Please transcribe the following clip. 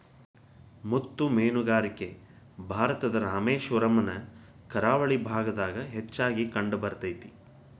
ಮುತ್ತು ಮೇನುಗಾರಿಕೆ ಭಾರತದ ರಾಮೇಶ್ವರಮ್ ನ ಕರಾವಳಿ ಭಾಗದಾಗ ಹೆಚ್ಚಾಗಿ ಕಂಡಬರ್ತೇತಿ